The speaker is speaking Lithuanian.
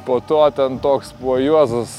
po to ten toks buvo juozas